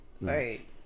Right